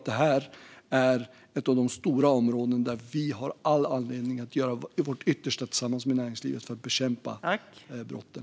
Det är ett av de stora områden där vi har all anledning att tillsammans med näringslivet göra vårt yttersta för att bekämpa brotten.